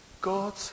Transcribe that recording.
God